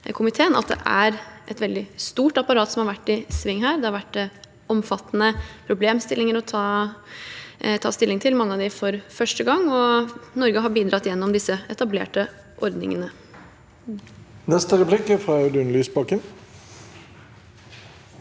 at det er et veldig stort apparat som har vært i sving her, det har vært omfattende problemstillinger å ta stilling til, mange av dem for første gang, og Norge har bidratt gjennom disse etablerte ordningene. Audun Lysbakken